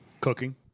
Cooking